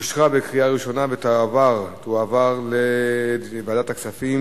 לוועדת הכספים